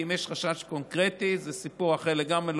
כי אם יש חשש קונקרטי זה סיפור אחר לגמרי,